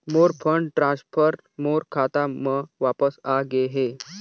मोर fund transfer मोर खाता म वापस आ गे हे